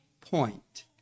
point